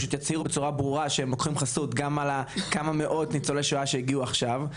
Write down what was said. יצהירו בצורה ברורה וייקחו חסות על מאות ניצולי השואה שעלו עכשיו,